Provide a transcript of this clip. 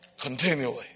Continually